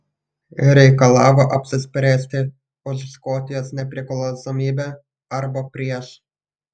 reikalavo apsispręsti už škotijos nepriklausomybę arba prieš